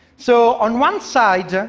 so on one side,